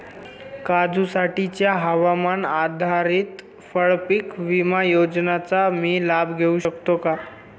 काजूसाठीच्या हवामान आधारित फळपीक विमा योजनेचा मी लाभ घेऊ शकतो का?